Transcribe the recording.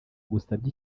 agusabye